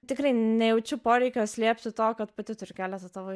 tikrai nejaučiu poreikio slėpti to kad pati turiu keletą tavo